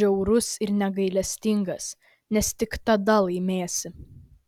žiaurus ir negailestingas nes tik tada laimėsi